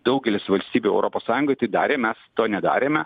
daugelis valstybių europos sąjungoj tai darė mes to nedarėme